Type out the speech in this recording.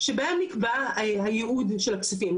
שבהם נקבע הייעוד של הכספים,